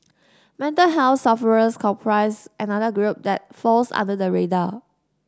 mental health sufferers comprise another group that falls under the radar